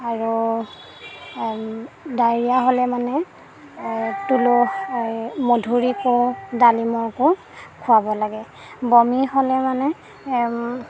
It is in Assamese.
আৰু ডায়েৰীয়া হ'লে মানে এই মধুৰি কোঁহ ডালিমৰ কোঁহ খোৱাব লাগে বমি হ'লে মানে